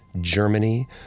Germany